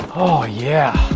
oh yeah, oh,